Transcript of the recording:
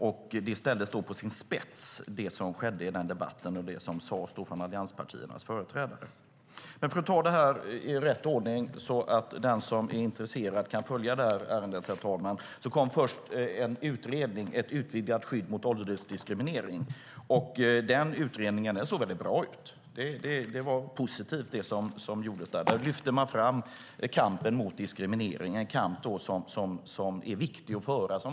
Det som sades från allianspartiernas företrädare ställdes på sin spets i den debatten. Låt oss ta detta i rätt ordning så att den som är intresserade kan följa ärendet, herr talman. Först kom en utredning - Ett utvidgat skydd mot åldersdiskriminering . Den såg bra ut. Det som gjordes där var positivt. Där lyfte man fram kampen mot diskriminering. Det är en kamp som är viktig att föra.